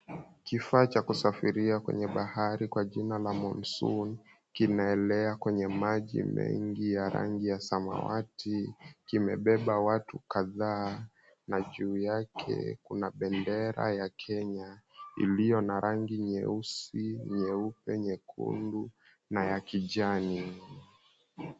Kifaa cha kusafiria kwenye bahari kwa jina la Munsun, kimeelea kwenye maji mengi ya rangi ya samawati, kimebeba watu kadhaa na juu yake kuna bendera ya Kenya iliyo na rangi nyeusi, nyeupe, nyekundu na ya kijani.